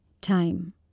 time